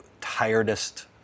tiredest